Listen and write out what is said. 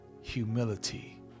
humility